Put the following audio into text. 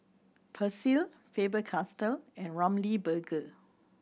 Persil Faber Castell and Ramly Burger